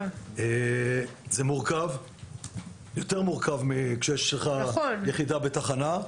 זה יותר מורכב מכשיש לך יחידה בתחנה,